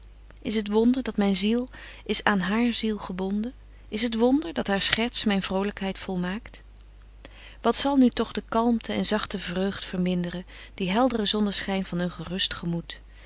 is t wonder dat myn ziel is aan haar ziel gebonden is t wonder dat haar scherts myn vrolykheid volmaakt wat zal nu toch de kalmte en zagte vreugd vermindren die heldre zonnenschyn van een gerust gemoed